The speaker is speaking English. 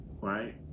right